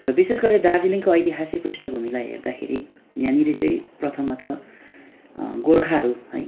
र विशेषगरी दार्जिलिङको ऐतिहासिक पृष्ठभूमिलाई हेर्दाखेरि यहाँनिर चाहिँ प्रथमतः गोर्खाहरू है